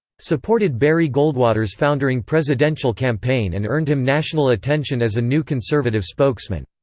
supported barry goldwater's foundering presidential campaign and earned him national attention as a new conservative spokesman.